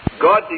God